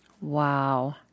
wow